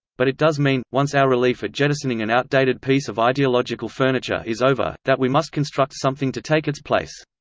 but it does mean, once our relief at jettisoning an outdated piece of ideological furniture is over, that we must construct something to take its place.